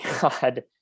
God